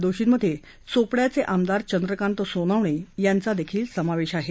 दोषींमध्ये चोपड्याचे आमदार चंद्रकांत सोनवणे यांचा समावेश आहे